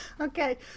Okay